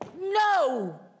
No